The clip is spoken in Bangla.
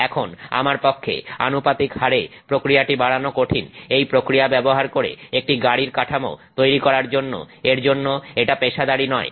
এখন আমার পক্ষে আনুপাতিক হারে প্রক্রিয়াটি বাড়ানো কঠিন এই প্রক্রিয়া ব্যবহার করে একটি গাড়ির কাঠামো তৈরি করার জন্য এর জন্য এটা পেশাদারী ব্যবস্থা নয়